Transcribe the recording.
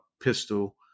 pistol